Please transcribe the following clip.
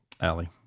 Allie